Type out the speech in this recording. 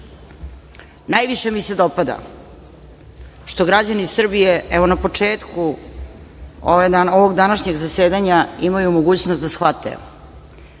najviše mi se dopada što građani Srbije, evo na početku, ovog današnjeg zasedanja imaju mogućnost da shvate